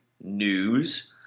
news